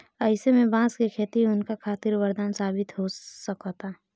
अईसे में बांस के खेती उनका खातिर वरदान साबित हो सकता